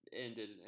ended